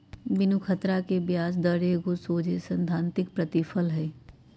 बिनु खतरा के ब्याज दर एगो सोझे सिद्धांतिक प्रतिफल दर हइ